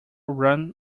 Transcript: ran